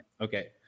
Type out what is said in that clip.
Okay